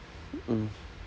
mm